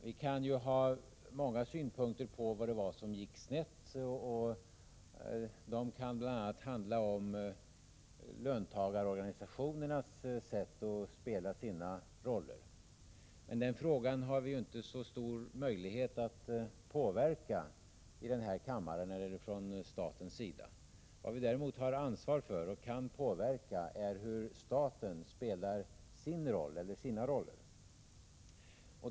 Vi kan ha många synpunkter på vad det var som gick snett. Det kan bl.a. handla om löntagarorganisationernas sätt att spela sina roller. Men den frågan har vi inte så stor möjlighet att påverka i den här kammaren eller från statens sida. Vad vi däremot har ansvar för och kan påverka är hur staten spelar sin eller sina roller.